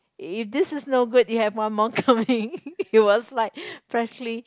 if this is not good you have one more coming it was like freshly